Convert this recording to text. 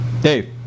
Dave